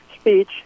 speech